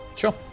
sure